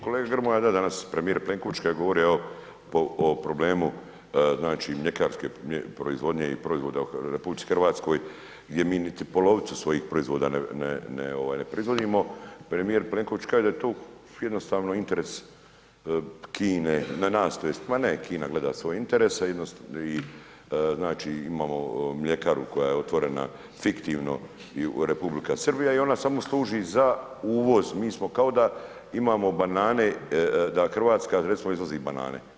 Kolega Grmoja da danas, premijer Plenković kada je govorio evo o problemu znači mljekarske proizvodnje i proizvoda u RH gdje mi niti polovicu svojih proizvoda ne proizvodimo, premijer Plenković kaže da je to jednostavno interes Kine na nas tj., ma ne Kina glede svoje interese i znači imamo mljekaru koja je otvorena fiktivno Republika Srbija i ona samo služi za uvoz, mi smo kao da imamo banane, da Hrvatska recimo izvozi banane.